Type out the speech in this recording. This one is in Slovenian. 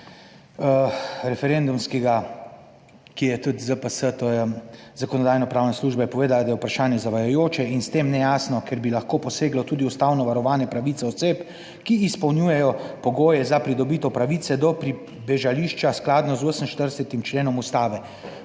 referendumskega, ki je tudi ZPS, to je Zakonodajno-pravna služba, je povedala, da je vprašanje zavajajoče in s tem nejasno, ker bi lahko poseglo tudi v ustavno varovane pravice oseb, ki izpolnjujejo pogoje za pridobitev pravice do pribežališča skladno z 48. členom Ustave.